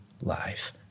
life